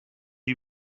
you